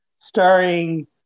starring